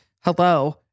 Hello